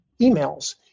emails